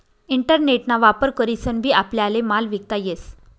internet ना वापर करीसन बी आपल्याले माल विकता येस